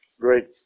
great